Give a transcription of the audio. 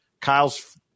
Kyle's